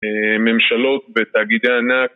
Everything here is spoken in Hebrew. ממשלות בתאגידי ענק